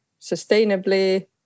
sustainably